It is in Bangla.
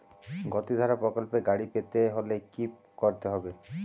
গতিধারা প্রকল্পে গাড়ি পেতে হলে কি করতে হবে?